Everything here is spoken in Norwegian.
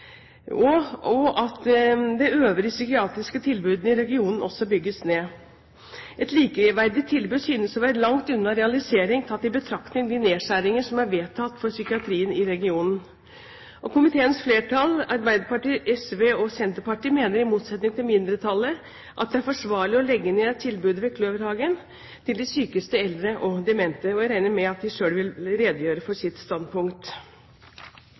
og det øvrige psykiatriske tilbudet i regionene også bygges ned. Et likeverdig tilbud synes å være langt unna realisering, tatt i betraktning de nedskjæringene som er vedtatt for psykiatrien i regionen. Komiteens flertall, medlemmene fra Arbeiderpartiet, SV og Senterpartiet, mener, i motsetning til mindretallet, at det er forsvarlig å legge ned tilbudet ved Kløverhagen til de sykeste eldre og demente. Jeg regner med at de selv vil redegjøre for sitt standpunkt.